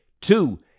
Two